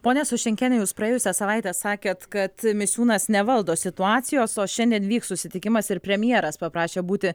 ponia soščenkiene jūs praėjusią savaitę sakė kad misiūnas nevaldo situacijos o šiandien vyks susitikimas ir premjeras paprašė būti